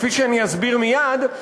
כפי שאני אסביר מייד,